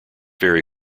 very